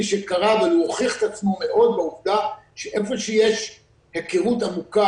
שקרה אבל הוא הוכיח את עצמו מאוד והעובדה שאיפה שיש היכרות עמוקה